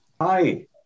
Hi